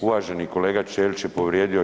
Uvaženi kolega Ćelić je povrijedio čl.